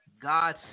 God